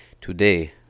Today